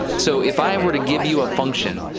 so if i were to give you a function,